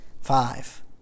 Five